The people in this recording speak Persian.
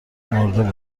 مرده